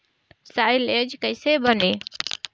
Silage कईसे बनी?